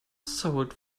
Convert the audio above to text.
sold